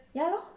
ya lor